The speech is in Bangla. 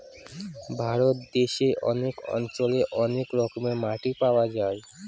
ভারত দেশে অনেক অঞ্চলে অনেক রকমের মাটি পাওয়া যায়